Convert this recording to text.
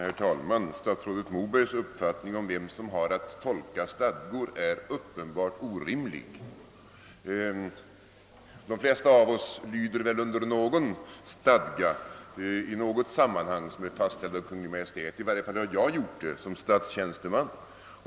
Herr talman! Statsrådet Mobergs uppfattning om vem som har att tolka stadgor är uppenbart orimlig. De flesta av oss lyder väl i något sammanhang under någon stadga som är fastställd av Kungl. Maj:t — i varje fall har jag gjort det som statstjänsteman.